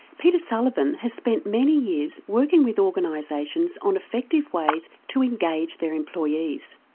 peter sullivan has spent many years working with organisations on effective ways to engage their employees.